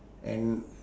and